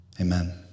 Amen